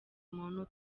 umuntu